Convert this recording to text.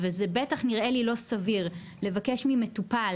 וזה בטח לא נראה לי סביר לבקש ממטופל